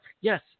Yes